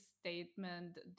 statement